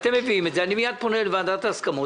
עסקו בעניין הזה - אני אפנה מיד לוועדת ההסכמות